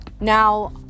Now